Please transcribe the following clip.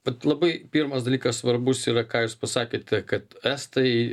vat labai pirmas dalykas svarbus yra ką jūs pasakėte kad estai